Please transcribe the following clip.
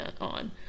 on